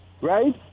right